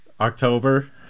October